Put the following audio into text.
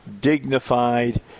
dignified